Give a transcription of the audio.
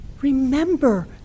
Remember